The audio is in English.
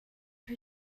her